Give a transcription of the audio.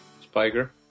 Spiker